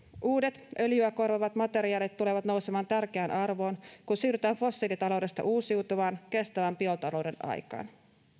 uudet öljyä korvaavat materiaalit tulevat nousemaan tärkeään arvoon kun siirrytään fossiilitaloudesta uusiutuvan kestävän biotalouden aikaan